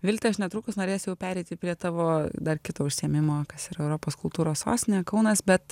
vilte aš netrukus norėsiu jau pereiti prie tavo dar kito užsiėmimo kas yra europos kultūros sostinė kaunas bet